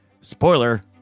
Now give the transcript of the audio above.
Spoiler